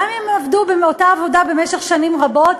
גם אם הם עבדו באותו מקום עבודה במשך שנים רבות,